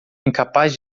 incapaz